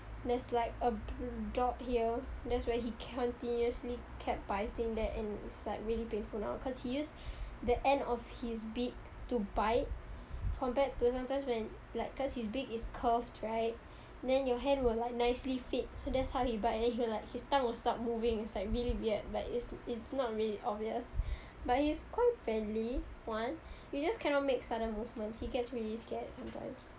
there's like a drop here that's where he continuously kept biting that and it's like really painful now cause he used the end of his beak to bite compared to sometimes when like cause his beak is curved right then your hand will like nicely fit so that's how he but then you will like his tongue will start moving it's like really weird but it's it's not really obvious but he's quite friendly one we just cannot make sudden movements he gets really scared sometimes